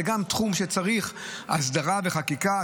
זה גם תחום שצריך אסדרה וחקיקה.